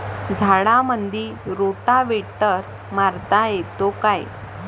झाडामंदी रोटावेटर मारता येतो काय?